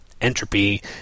entropy